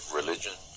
religion